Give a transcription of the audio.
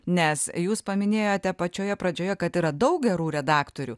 nes jūs paminėjote pačioje pradžioje kad yra daug gerų redaktorių